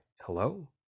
hello